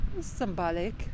symbolic